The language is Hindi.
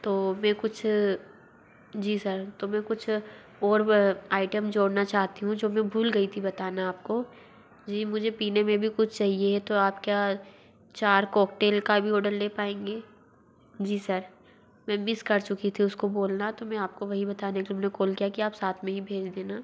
तो मैं कुछ जी सर तो मैं कुछ और आइटम जोड़ना चाहती हूँ जो में भूल गई थी बताना आप को जी मुझे पीने में भी कुछ चाहिए तो आप क्या चार कॉकटेल का भी ओडर ले पाएंगे जी सर मैं मिस कर चुकी थी उसको बोलना तो मैं आप को वही बताने के लिए मैंने कोल किया कि आप साथ में ही भेज देना